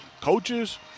coaches